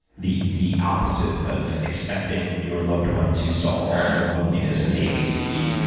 the the opposite of expecting your loved one to solve all of your loneliness and a, b, c, d,